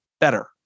better